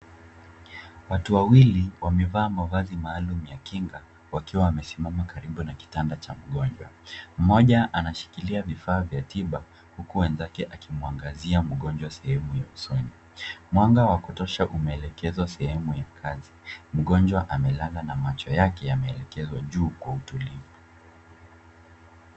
Watu wawili wamevaa mavazi maalum ya kinga wakiwa wamesimama karibu na kitanda cha mgonjwa. Mmoja anashikilia vifaa vya tiba huku mwenzake akimwangazia mgonjwa sehemu ya usoni. Mwanga wa kutosha umeelekezwa sehemu ya kazi. Mgonjwa amelala na macho yake yameelekezwa juu kwa utulivu.